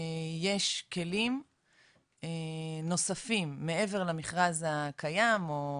יש כלים נוספים מעבר למכרז הקיים או